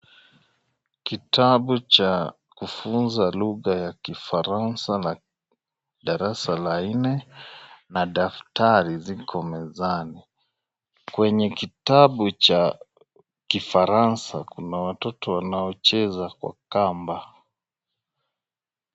Kitabu cha kufunza lugha ya Kifaransa na darasa la nne na daftari ziko mezani. Kwenye kitabu cha Kifaransa kuna watoto wanaocheza kwa kamba.